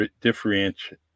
differentiate